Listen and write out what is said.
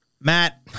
Matt